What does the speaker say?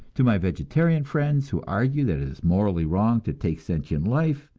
to my vegetarian friends who argue that it is morally wrong to take sentient life,